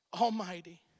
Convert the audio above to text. Almighty